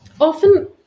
often